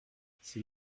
s’il